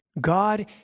God